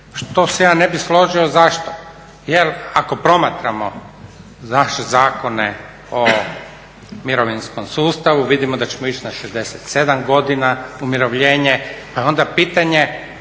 Što se ja ne bih složio. Zašto? Jel ako promatramo Zakone o mirovinskom sustavu vidimo da ćemo ići na 67 godina umirovljenje, pa je onda pitanje